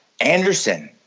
Anderson